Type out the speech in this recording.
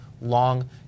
long